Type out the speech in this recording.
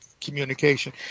communication